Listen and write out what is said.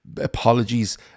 apologies